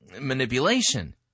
manipulation